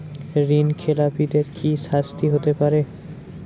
ঋণ খেলাপিদের কি শাস্তি হতে পারে?